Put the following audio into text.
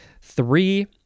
Three